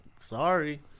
sorry